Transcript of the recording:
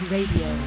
Radio